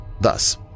thus